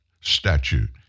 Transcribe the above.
statute